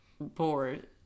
bored